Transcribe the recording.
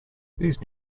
these